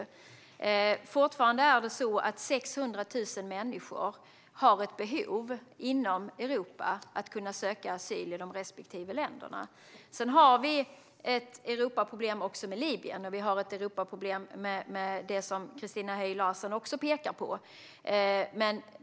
Fortfarande har 600 000 människor inom Europa behov av att kunna söka asyl i de respektive länderna. Vi har också ett Europaproblem med Libyen och med det som Christina Höj Larsen pekar på.